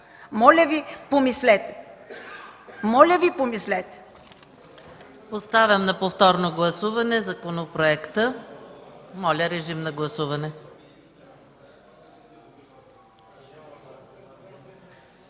Моля Ви, помислете! Моля Ви, помислете!